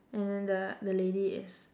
and then the the lady is